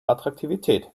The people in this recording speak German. attraktivität